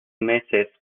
meses